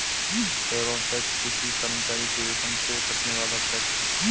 payroll tax किसी कर्मचारी के वेतन से कटने वाला टैक्स है